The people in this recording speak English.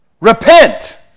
repent